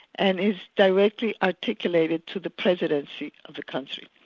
and is directly articulated to the presidency of the country.